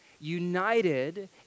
united